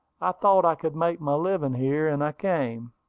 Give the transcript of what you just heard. i thought i could make my living here, and i came.